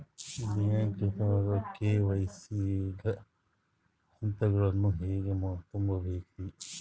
ಬ್ಯಾಂಕ್ದಾಗ ಕೆ.ವೈ.ಸಿ ಗ ಹಂತಗಳನ್ನ ಹೆಂಗ್ ತುಂಬೇಕ್ರಿ?